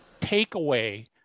takeaway